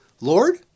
Lord